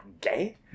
gay